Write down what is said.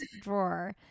drawer